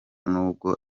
nubwo